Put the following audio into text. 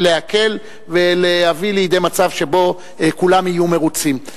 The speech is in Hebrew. להקל ולהביא לידי מצב שבו כולם יהיו מרוצים.